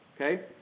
okay